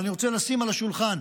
ואני רוצה לשים על השולחן,